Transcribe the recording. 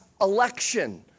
election